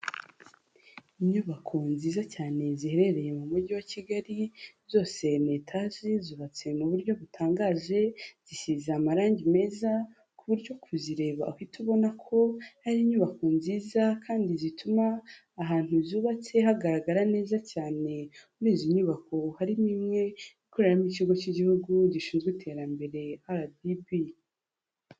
Inyubako nziza cyane ziherereye mu mujyi wa Kigali, zose ni etaje zubatse mu buryo butangaje, zisize amarange meza ku buryo kuzireba uhita ubona ko ari inyubako nziza kandi zituma ahantu zubatse hagaragara neza cyane, muri izi nyubako harimo imwe ikoreramo ikigo cy'igihugu gishinzwe iterambere RDB.